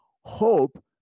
hope